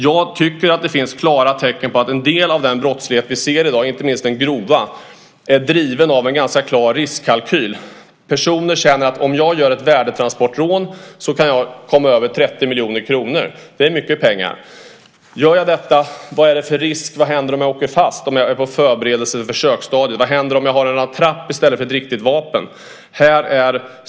Jag tycker att det finns klara tecken på att en del av den brottslighet som vi ser i dag, inte minst den grova, sker utifrån en ganska klar riskkalkyl. Personer känner att om de begår ett värdetransportrån kan de komma över 30 miljoner kronor. Det är mycket pengar. Om man gör detta, vilka är då riskerna, och vad händer om man åker fast när man är på förberedelse eller försöksstadiet? Vad händer om man har en attrapp i stället för ett riktigt vapen?